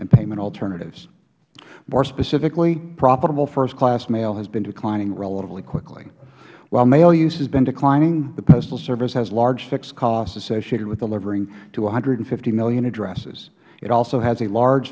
and payment alternatives more specifically profitable first class mail has been declining relatively quickly while mail use has been declining the postal service has large fixed costs associated with delivering to one hundred and fifty million addresses it also has a large